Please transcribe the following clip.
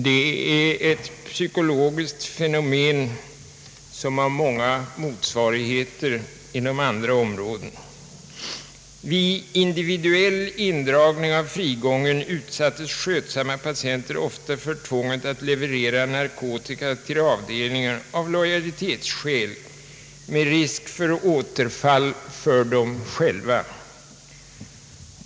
Det är ett psykologiskt fenomen som har många motsvarigheter inom andra områden. för tvånget att leverera narkotika till avdelningarna av lojalitetsskäl med risk för återfall för dem själva.